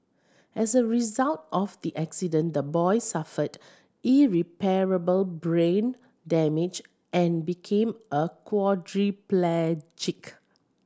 as a result of the accident the boy suffered irreparable brain damage and became a quadriplegic